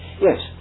yes